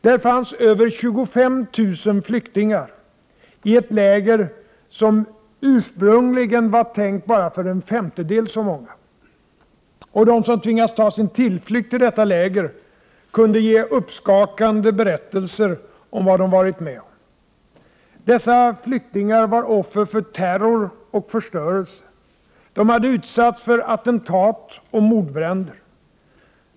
Där fanns över 25 000 flyktingar, i ett läger som ursprungligen var tänkt för bara en femtedel så många. De som tvingats ta sin tillflykt till detta läger kunde ge uppskakande berättelser om vad de varit med om. Dessa flyktingar var offer för terror och förstörelse. De hade utsatts för attentat och mordbränder.